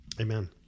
Amen